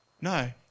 No